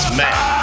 man